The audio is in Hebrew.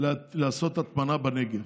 לעשות הטמנה בנגב,